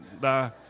da